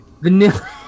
Vanilla-